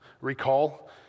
Recall